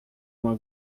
uma